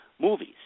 movies